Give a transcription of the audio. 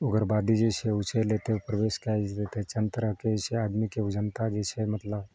उग्रबादी जे छै ओ चलि एतै ओ प्रवेश कए जेतै अनेक तरहके आदमीके जे छै ओ जनता जे छै मतलब